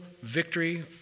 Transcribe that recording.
victory